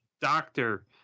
doctor